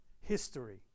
history